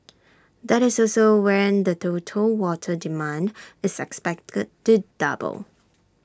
that is also when the total water demand is expected to double